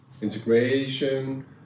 integration